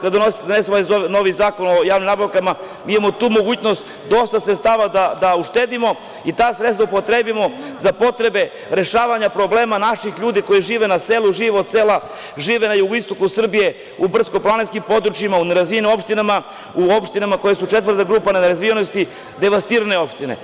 kada donesemo ovaj novi Zakon o javnim nabavkama, imamo tu mogućnost da dosta sredstava da uštedimo i ta sredstva upotrebimo za potrebe rešavanja problema naših ljudi koji žive na selu, žive od sela, žive na jugoistoku Srbije u brdsko-planinskim područjima, u nerazvijenim opštinama, u opštinama koje su četvrta grupa nerazvijenosti, devastirane opštine.